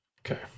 Okay